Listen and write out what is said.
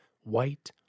white